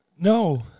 No